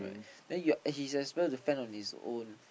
then you are and he has well to fend on his own